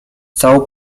całą